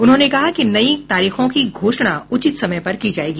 उन्होंने कहा कि नई तारीखों की घोषणा उचित समय पर की जाएगी